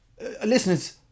Listeners